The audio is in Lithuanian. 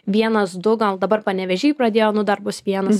vienas du gal dabar panevėžy pradėjo nu dar bus vienas